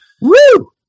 Woo